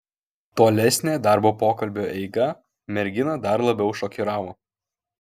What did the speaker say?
tolesnė darbo pokalbio eiga merginą dar labiau šokiravo